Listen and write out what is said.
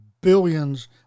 billions